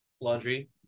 laundry